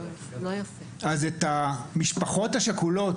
אז את המשפחות השכולות,